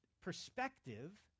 perspective